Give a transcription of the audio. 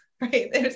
right